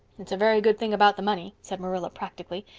it's a very good thing about the money, said marilla practically.